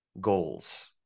goals